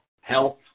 health